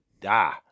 die